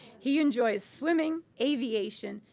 he enjoys swimming, aviation,